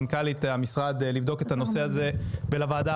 ובוועדה הבאה אנחנו נשמע איך אנחנו משתפרים.